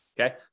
okay